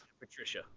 patricia